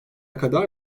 kadar